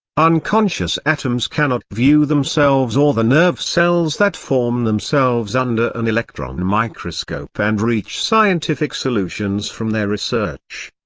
unconscious atoms cannot view themselves or the nerve cells that form themselves under an electron microscope and reach scientific solutions from their research.